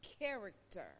character